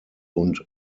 und